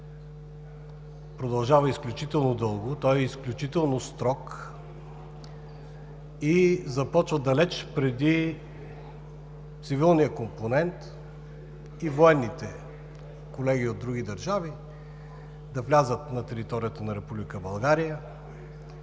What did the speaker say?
продължава изключително дълго, той е изключително строг и започва далече преди цивилния компонент и военните колеги от други държави да влязат на територията на Република България.